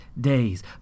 days